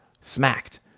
smacked